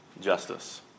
justice